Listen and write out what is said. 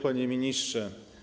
Panie Ministrze!